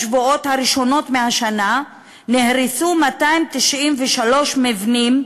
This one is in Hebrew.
השבועות הראשונים של השנה נהרסו 293 מבנים,